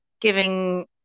giving